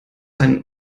ein